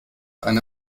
eine